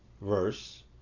verse